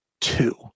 two